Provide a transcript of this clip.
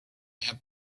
had